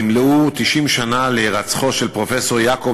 ימלאו 90 שנה להירצחו של פרופסור יעקב